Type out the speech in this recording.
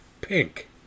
Pink